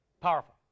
Powerful